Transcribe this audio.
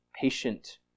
patient